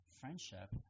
friendship